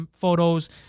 photos